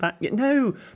no